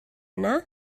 yna